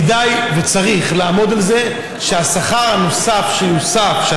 כדאי וצריך לעמוד על זה שהשכר הנוסף שיוסף,